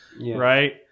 Right